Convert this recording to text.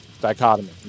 dichotomy